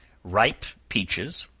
ripe peaches,